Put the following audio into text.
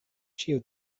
ĉio